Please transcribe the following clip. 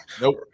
Nope